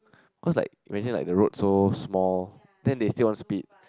cause like when you say like the road so small then they still want to speed